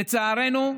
לצערנו,